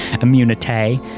immunity